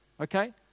okay